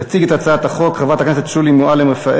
תציג את הצעת החוק חברת הכנסת שולי מועלם-רפאלי.